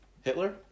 Hitler